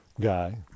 guy